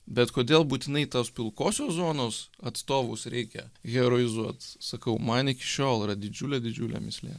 bet kodėl būtinai tos pilkosios zonos atstovus reikia heroizuot sakau man iki šiol yra didžiulė didžiulė mįslė